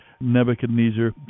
Nebuchadnezzar